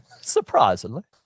Surprisingly